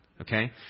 Okay